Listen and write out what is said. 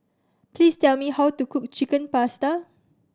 please tell me how to cook Chicken Pasta